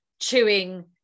chewing